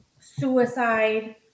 suicide